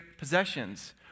possessions